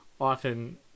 often